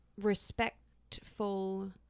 respectful